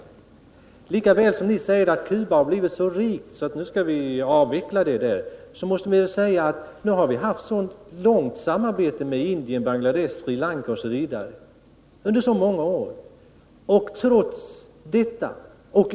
På samma sätt som ni säger att Cuba nu har blivit så rikt att vårt bistånd till det landet skall avvecklas, så måste ni kunna säga att samarbetet med exempelvis Indien, Bangladesh och Sri Lanka har pågått under så många år att det bör avvecklas.